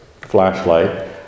flashlight